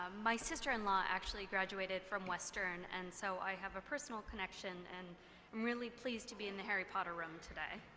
my sister-in-law actually graduated from western, and so i have a personal connection. and i'm really pleased to be in the harry potter room today.